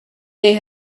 they